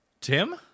Tim